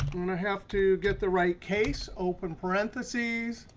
i'm going to have to get the right case. open parenthesis,